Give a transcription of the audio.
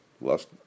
last